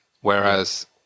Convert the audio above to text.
Whereas